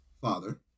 father